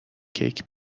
کیک